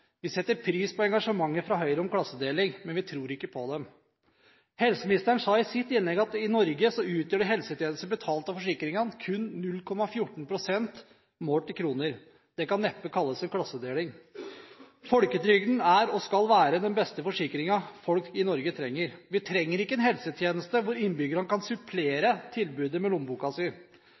Vi setter pris på engasjementet fra Høyre om klassedeling, men vi tror ikke på dem. Helseministeren sa i sitt innlegg at i Norge utgjør helsetjenester betalt av forsikringer kun 0,14 pst. målt i kroner. Det kan neppe kalles klassedeling. Folketrygden er, og skal være, den beste forsikringen folk i Norge trenger. Vi trenger ikke en helsetjeneste der innbyggerne kan supplere tilbudet med lommeboka si.